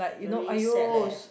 very sad leh